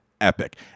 epic